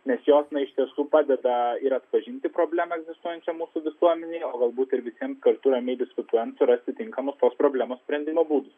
nes jos na iš tiesų padeda ir atpažinti problemą visoje mūsų visuomenėje o galbūt ir visiems kartu ramiai diskutuojant surasti tinkamą tos problemos sprendimo būdus